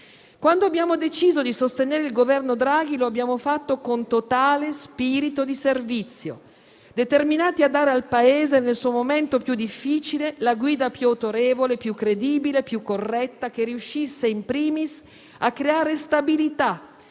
Quando abbiamo deciso di sostenere il governo Draghi, lo abbiamo fatto con totale spirito di servizio, determinati a dare al Paese nel suo momento più difficile la guida più autorevole, più credibile e più corretta, che riuscisse *in primis* a creare stabilità,